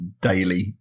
daily